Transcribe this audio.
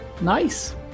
nice